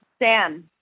Dan